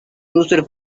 used